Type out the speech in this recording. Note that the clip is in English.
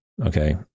Okay